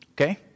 okay